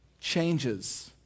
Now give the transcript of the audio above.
changes